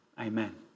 Amen